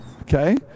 okay